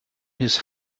his